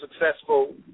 successful